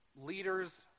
leaders